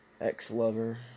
Ex-lover